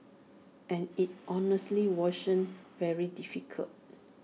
and IT honestly washon very difficult